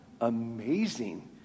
amazing